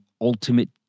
ultimate